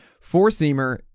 Four-seamer